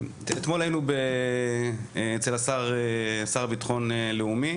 אתמול היינו אצל השר לביטחון לאומי